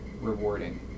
rewarding